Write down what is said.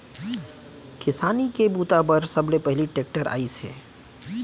किसानी के बूता बर सबले पहिली टेक्टर आइस हे